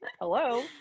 Hello